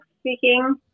speaking